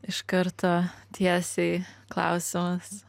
iš karto tiesiai klausimas